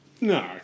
No